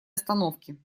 остановки